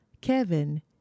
Kevin